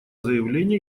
заявление